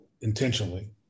intentionally